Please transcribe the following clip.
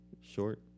Short